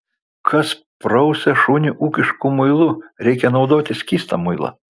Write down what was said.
kas prausia šunį ūkišku muilu reikia naudoti skystą muilą